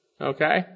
Okay